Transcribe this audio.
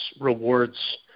rewards